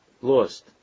lost